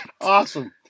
Awesome